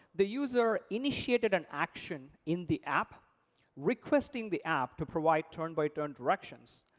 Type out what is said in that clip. the user initiated an action in the app requesting the app to provide turn by turn directions.